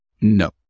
No